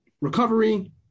recovery